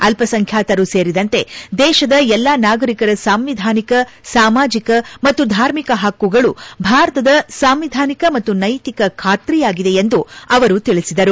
ಅಲ್ಪಸಂಖ್ಯಾತರು ಸೇರಿದಂತೆ ದೇಶದ ಎಲ್ಲಾ ನಾಗರಿಕರ ಸಾಂವಿಧಾನಿಕ ಸಾಮಾಜಿಕ ಮತ್ತು ಧಾರ್ಮಿಕ ಹಕ್ಕುಗಳು ಭಾರತದ ಸಾಂವಿಧಾನಿಕ ಮತ್ತು ನ್ನೆತಿಕ ಖಾತ್ರಿಯಾಗಿದೆ ಎಂದು ಅವರು ತಿಳಿಸಿದರು